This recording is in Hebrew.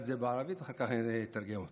בערבית ואחר כך אתרגם אותו.